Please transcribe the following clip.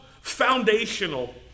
foundational